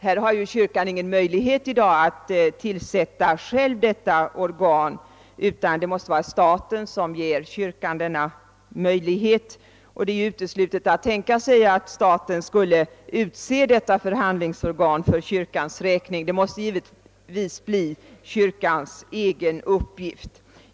Kyrkan har i dag ingen möjlighet att själv tillsätta detta organ, utan staten måste ge kyrkan denna möjlighet.